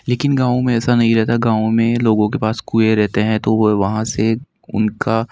लेकिन गाँव में ऐसा नहीं रहता गाँव में लोगों के पास कुएँ रहते हैं तो वह वहाँ से उनका